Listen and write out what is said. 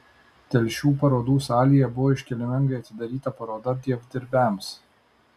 telšių parodų salėje buvo iškilmingai atidaryta paroda dievdirbiams